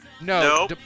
No